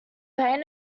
paint